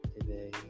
today